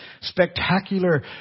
spectacular